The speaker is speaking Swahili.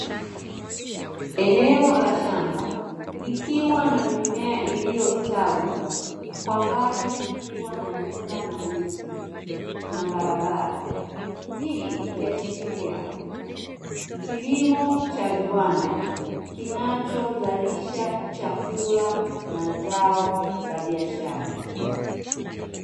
Eneo la shamba likiwa na mimea iliyostawi kwa mbali kukiwa na nyumba na miti na barabara. Hii ikiashiria kilimo cha viwanda kinachozalisha chakula na zao la biashara.